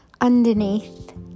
underneath